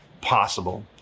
possible